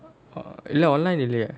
oh இல்ல:illa online இல்லையே:illayae